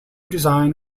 design